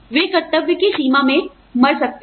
वे कर्तव्य की सीमा में मर सकते हैं